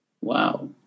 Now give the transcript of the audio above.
Wow